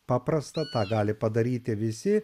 paprasta tą gali padaryti visi